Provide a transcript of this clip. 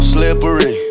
Slippery